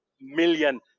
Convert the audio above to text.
million